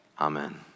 amen